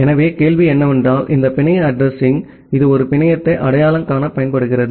எனவே கேள்வி என்னவென்றால் இந்த பிணைய அட்ரஸிங் இது ஒரு பிணையத்தை அடையாளம் காண பயன்படுகிறது